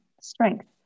strength